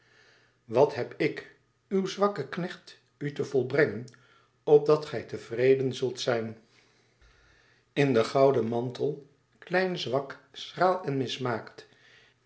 wat heb ik uw zwakke knecht u te volbrengen opdat gij tevreden zult zijn in den gouden mantel klein zwak schraal en mismaakt